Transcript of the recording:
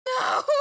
No